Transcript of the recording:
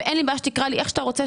ואין לי בעיה שתקרא לי איך שאתה רוצה,